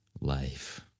life